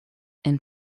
and